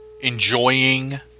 enjoying